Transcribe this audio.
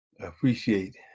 appreciate